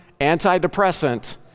antidepressant